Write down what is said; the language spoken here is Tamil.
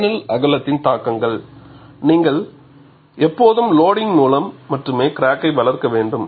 பேனல் அகலத்தின் தாக்கங்கள் நீங்கள் எப்போதும் லோடிங்க் மூலம் மட்டுமே கிராக்கை வளர்க்க வேண்டும்